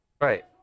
Right